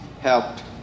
helped